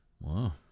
Wow